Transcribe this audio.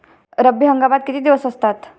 रब्बी हंगामात किती दिवस असतात?